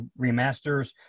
remasters